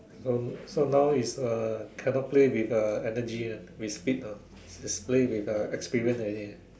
so so now is uh cannot play with uh energy lah with speed must play with experiences already